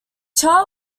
chart